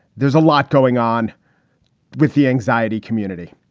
there's a lot going on with the anxiety community.